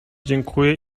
dziękuję